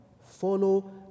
follow